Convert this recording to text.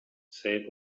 said